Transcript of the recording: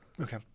Okay